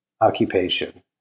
occupation